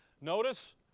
Notice